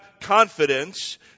confidence